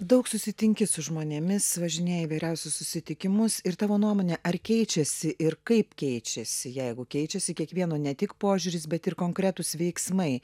daug susitinki su žmonėmis važinėji į įvairiausius susitikimus ir tavo nuomone ar keičiasi ir kaip keičiasi jeigu keičiasi kiekvieno ne tik požiūris bet ir konkretūs veiksmai